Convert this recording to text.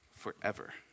Forever